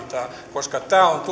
koska tämä on tulevien